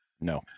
No